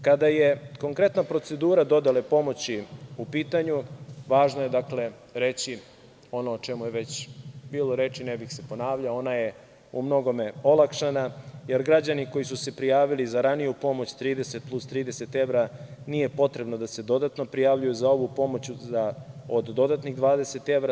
Kada je konkretna procedura dodele pomoći u pitanju, važno je reći ono o čemu je već bilo reči, ne bih se ponavljao, ona je u mnogome olakšana, jer građani koji su se prijavili za raniju pomoć 30 plus 30 evra nije potrebno da se dodatno prijavljuju za ovu pomoć od dodatnih 20 evra.